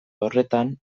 horretan